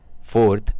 Fourth